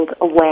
away